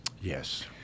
Yes